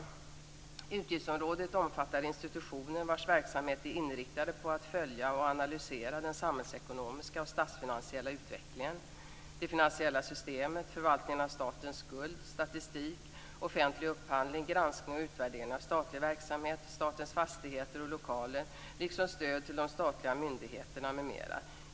Utgiftsområdet omfattar institutioner vars verksamhet är inriktad på att följa och analysera den samhällsekonomiska och statsfinansiella utvecklingen, det finansiella systemet, förvaltningen av statens skuld, statistik, offentlig upphandling, granskning och utvärdering av statlig verksamhet, statens fastigheter och lokaler liksom stöd till de statliga myndigheterna m.m.